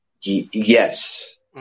Yes